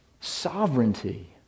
sovereignty